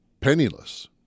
penniless